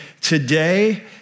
today